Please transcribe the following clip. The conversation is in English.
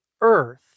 earth